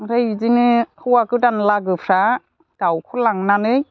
आमफ्राय बिदिनो हौवा गोदान लागोफ्रा दाउखौ लांनानै